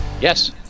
Yes